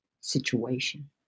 situation